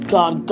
God